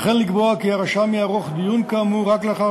וכן לקבוע כי הרשם יערוך דיון כאמור רק לאחר